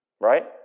Right